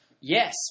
Yes